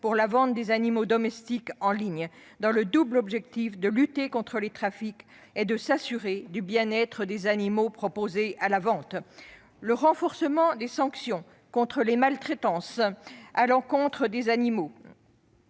pour la vente des animaux domestiques en ligne, dans le double but de lutter contre les trafics et de s'assurer du bien-être des animaux proposés à la vente. Je pense enfin au renforcement des sanctions contre les maltraitances à l'encontre des animaux